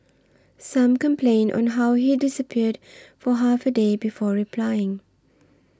some complained on how he disappeared for half a day before replying